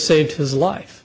saved his life